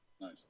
Nice